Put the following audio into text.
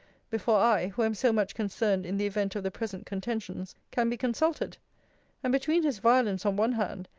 before i, who am so much concerned in the event of the present contentions, can be consulted and between his violence on one hand,